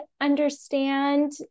understand